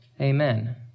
amen